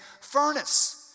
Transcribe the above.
furnace